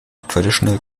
traditional